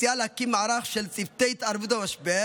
מציעה להקים מערך של צוותי התערבות במשבר